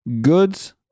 goods